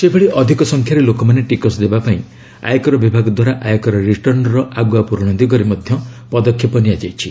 ସେହିଭଳି ଅଧିକ ସଂଖ୍ୟାରେ ଲୋକମାନେ ଟିକସ ଦେବା ପାଇଁ ଆୟକର ବିଭାଗ ଦ୍ୱାରା ଆୟକର ରିଟର୍ଣ୍ଣର ଆଗୁଆ ପ୍ରରଣ ଦିଗରେ ପଦକ୍ଷେପ ନିଆଯାଇଛି